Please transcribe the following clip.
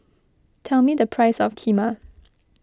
tell me the price of Kheema